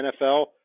NFL